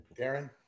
Darren